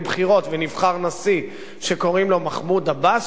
בחירות ונבחר נשיא שקוראים לו מחמוד עבאס.